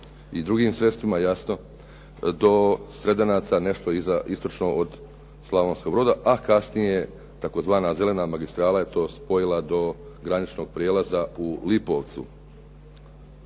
i drugim sredstvima jasno, do Sredanaca, nešto istočno od Slavonskog Broda, a kasnije tzv. Zelena magistrala je to spojila do graničnog prijelaza u Lipovcu.